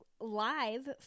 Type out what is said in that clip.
live